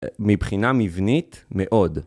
מבחינה מבנית מאוד.